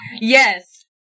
Yes